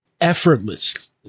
effortless